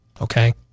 okay